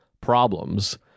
problems